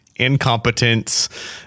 incompetence